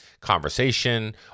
conversation